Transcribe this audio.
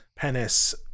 Penis